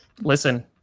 Listen